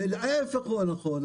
ההפך הוא הנכון,